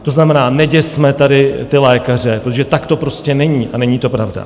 To znamená, neděsme tady ty lékaře, protože tak to prostě není a není to pravda.